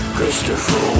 Christopher